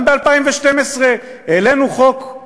גם ב-2012 העלינו חוק,